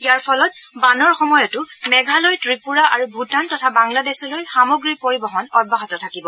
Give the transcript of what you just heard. ইয়াৰ ফলত বানৰ সময়তো মেঘালয় ত্ৰিপুৰা আৰু ভূটান তথা বাংলাদেশলৈ সামগ্ৰীৰ পৰিবহন অব্যাহত থাকিব